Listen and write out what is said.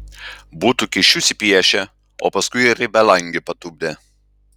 būtų kyšius įpiešę o paskui ir į belangę patupdę